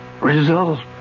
Results